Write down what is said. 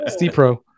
CPRO